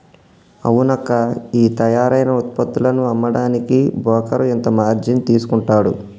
అవునక్కా ఈ తయారైన ఉత్పత్తులను అమ్మడానికి బోకరు ఇంత మార్జిన్ తీసుకుంటాడు